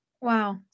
Wow